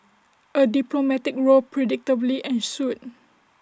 A diplomatic row predictably ensued